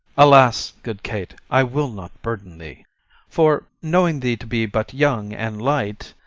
alas! good kate, i will not burden thee for, knowing thee to be but young and light